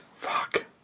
fuck